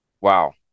Wow